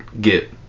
get